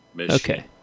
Okay